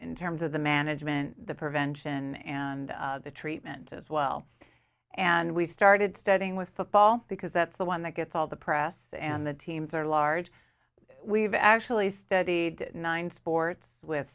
in terms of the management the prevention and the treatment as well and we started studying with football because that's the one that gets all the press and the teams are large we've actually studied nine sports with